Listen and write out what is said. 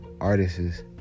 artists